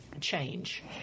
Change